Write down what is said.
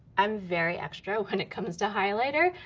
i'm very extra when it comes to highlighter.